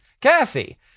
Cassie